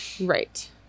right